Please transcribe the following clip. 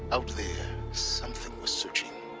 out there, something was searching.